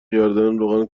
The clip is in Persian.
کردن، روغن